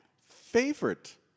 Favorite